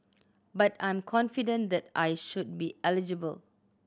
but I'm confident that I should be eligible